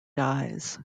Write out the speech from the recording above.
dies